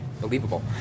believable